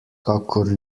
kakor